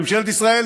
ממשלת ישראל,